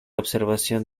observación